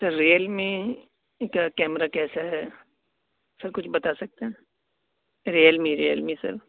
سر Realme کا camera کیسا ہے سر کچھ بتا سکتے ہیں ریئل می ریئل می سر